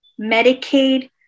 Medicaid